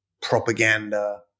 propaganda